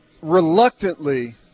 Reluctantly